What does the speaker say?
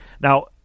Now